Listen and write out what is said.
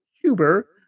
Huber